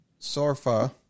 Sorfa